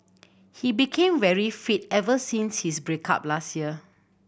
he became very fit ever since his break up last year